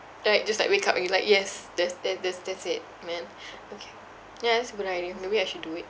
like just like wake up and you're like yes there's that there's that's it man okay yes good idea maybe I should do it